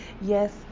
Yes